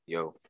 Yo